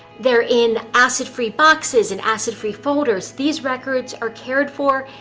they're in acid-free boxes and acid-free folders. these records are cared for,